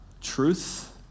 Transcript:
truth